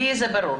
לי זה ברור.